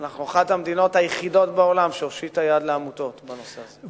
אנחנו אחת המדינות היחידות בעולם שהושיטה יד לעמותות בנושא הזה.